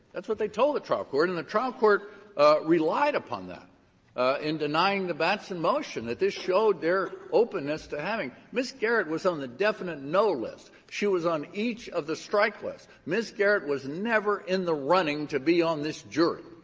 that's what they told the trial court. and the trial court relied upon that in denying the batson motion, that this showed their openness to having ms. garrett was on the definite no list. she was on each of the strike lists. ms. garrett was never in the running to be on this jury.